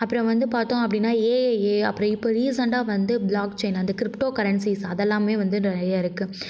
அப்புறம் வந்து பார்த்தோம் அப்படின்னா எஐஎ அப்புறம் இப்போ ரீசன்ட்டாக வந்து பிளாக் செயின் அந்த கிரிபட்டோ கரன்ஸிஸ் அதெலாமே வந்து நிறைய இருக்குது